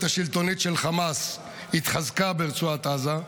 השלטונית של חמאס התחזקה ברצועת עזה.